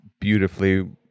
beautifully